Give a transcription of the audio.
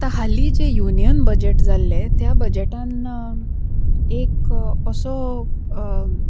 आतां हालीं जें युनियन बजट जाल्लें त्या बजॅटान एक असो